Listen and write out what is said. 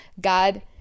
God